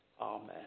Amen